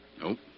Nope